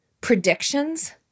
predictions